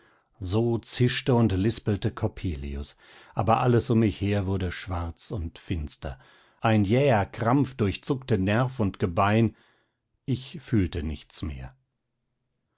so zischte und lispelte coppelius aber alles um mich her wurde schwarz und finster ein jäher krampf durchzuckte nerv und gebein ich fühlte nichts mehr